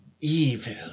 Evil